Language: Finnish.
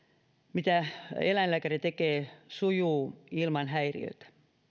mitä eläinlääkäri tekee sujuu ilman häiriötä